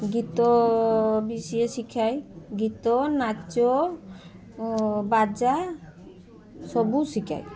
ଗୀତ ବି ସିଏ ଶିଖାଏ ଗୀତ ନାଚ ବାଜା ସବୁ ଶିକାଏ